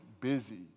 busy